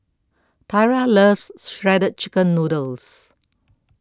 Tyra loves Shredded Chicken Noodles